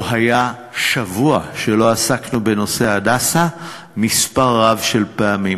לא היה שבוע שלא עסקנו בנושא "הדסה" מספר רב של פעמים.